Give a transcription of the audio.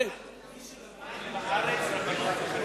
מי שלמד בארץ רבנות מחדש.